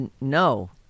no